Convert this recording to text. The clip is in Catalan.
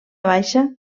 baixa